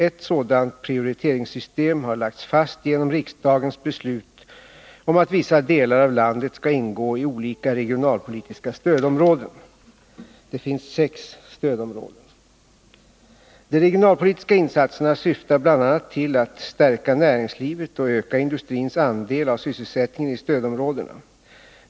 Ett sådant prioriteringssystem har lagts fast genom riksdagens beslut om att vissa delar av landet skall ingå i olika regionalpolitiska stödområden. Det finns sex stödområden. De regionalpolitiska insatserna syftar bl.a. till att stärka näringslivet och öka industrins andel av sysselsättningen i stödområdena.